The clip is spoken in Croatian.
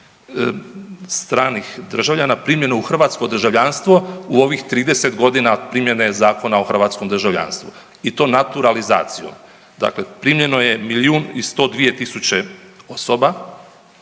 stranih državljana primljeno u hrvatsko državljanstvo u ovih 30 godina primjene Zakona o hrvatskom državljanstvu i to naturalizacijom, dakle primljeno je 1 102 000 osoba,